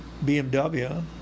BMW